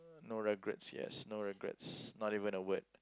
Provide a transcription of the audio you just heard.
no regrets yes no regrets not even a word